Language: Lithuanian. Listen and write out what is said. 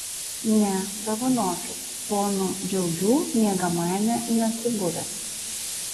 ne dovanokit ponų džiaugių miegamajame nesu buvęs